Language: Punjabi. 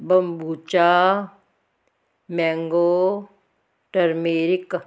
kombucha mango turmeric